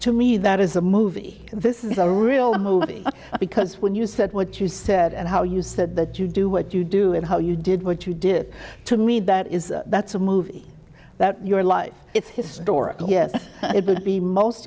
to me that is a movie this is a real movie because when you said what you said and how you said that you do what you do and how you did what you did to me that is that's a movie that your life is historical here it will be most